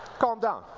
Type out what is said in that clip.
calm down.